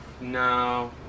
No